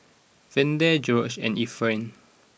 Verdell Greggory and Efrain